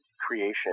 creation